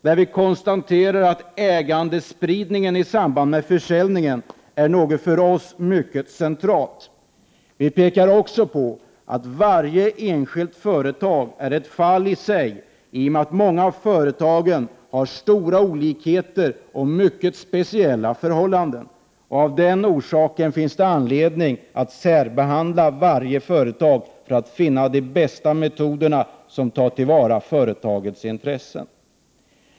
Där konstaterar vi att ägandespridning i samband med försäljningen är något för oss centralt. Vi pekar också på att varje enskilt företag är ett fall i sig i och med att många av företagen har stora olikheter och mycket speciella förhållanden. Av den orsaken finns det anledning att särbehandla varje företag, för att finna de bästa metoderna för att ta till vara företagets intressen.